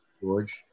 George